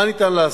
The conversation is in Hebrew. מה ניתן לעשות?